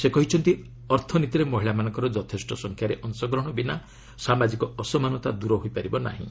ସେ କହିଛନ୍ତି ଅର୍ଥନୀତିରେ ମହିଳାମାନଙ୍କର ଯଥେଷ୍ଟ ସଂଖ୍ୟାରେ ଅଂଶଗ୍ରହଣ ବିନା ସାମାଜିକ ଅସମାନତା ଦୂର ହୋଇପାରିବ ନାହିଁ